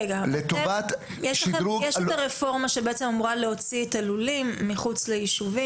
יש את הרפורמה שאמורה להוציא את הלולים מחוץ ליישובים,